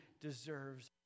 deserves